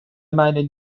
meinen